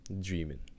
dreaming